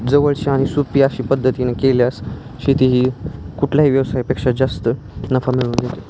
जवळची आणि सोपी अशी पद्धतीने केल्यास शेती ही कुठलाही व्यवसायापेक्षा जास्त नफा मिळून देते